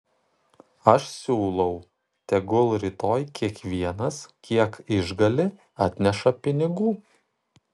aš siūlau tegul rytoj kiekvienas kiek išgali atneša pinigų